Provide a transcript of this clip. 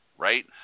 right